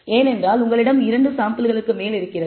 ஏனென்றால் உங்களிடம் இரண்டு சாம்பிள்களுக்கு மேல் இருக்கிறது